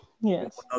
Yes